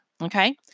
Okay